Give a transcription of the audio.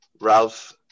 Ralph